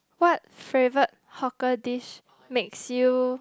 what favourite hawker dish makes you